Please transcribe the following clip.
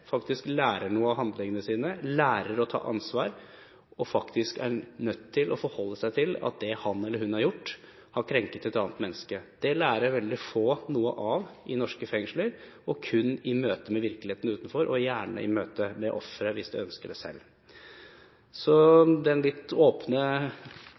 faktisk lærer noe av handlingene sine, lærer å ta ansvar og faktisk er nødt til å forholde seg til at det han eller hun har gjort, har krenket et annet menneske. Det lærer veldig få noe av i norske fengsler og kun i møte med virkeligheten utenfor – og gjerne i møte med offeret, hvis de ønsker det selv.